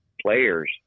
players